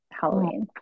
Halloween